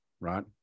right